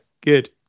good